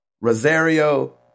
Rosario